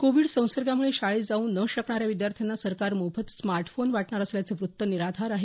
Covid संसर्गामुळे शाळेत जाऊ न शकणाऱ्या विद्यार्थ्यांना सरकार मोफत स्मार्ट फोन वाटणार असल्याचं वृत्त निराधार आहे